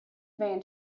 vain